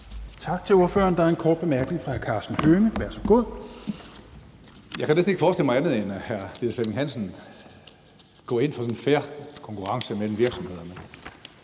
Tak til ordføreren. Der er en kort bemærkning fra hr. Karsten Hønge. Værsgo. Kl. 17:03 Karsten Hønge (SF): Jeg kan næsten ikke forestille mig andet, end at hr. Niels Flemming Hansen går ind for en fair konkurrence mellem virksomhederne.